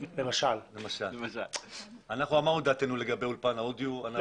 אנחנו אמרנו את דעתנו לגבי אולפן אודיו.